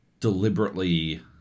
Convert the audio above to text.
deliberately